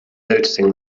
noticing